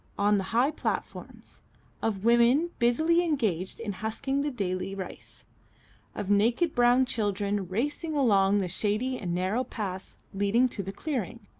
on the high platforms of women busily engaged in husking the daily rice of naked brown children racing along the shady and narrow paths leading to the clearings.